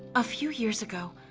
a few years ago,